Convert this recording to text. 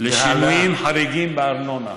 לשינויים חריגים בארנונה.